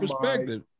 perspective